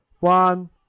One